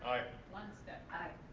aye. lundstedt? aye.